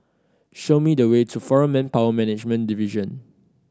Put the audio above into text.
show me the way to Foreign Manpower Management Division